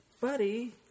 Buddy